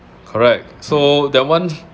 correct so that one